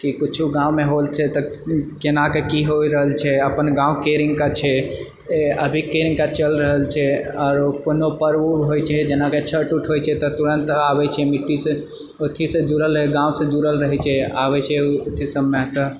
किछु गांँवमे हो रहल छै तऽ केना कि हो रहल छै अपन गांँव केहन छै अखन कहांँ चलि रहल छै आरो कोनो पर्व होइ छै जेना कि छठ उठ होइ छै तऽ आबए छै मिट्टी से जुड़ल रहए छै